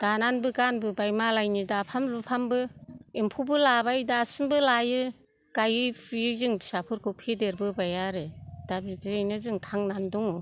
दानानैबो गानबोबाय मालायनि दाफाम दुफामबो एम्फौबो लाबाय दासिमबो लायो गायै फुयै जों फिसाफोरखौ फेदेरबोबाय आरो दा बिदियैनो जों थांनानै दङ